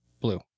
blue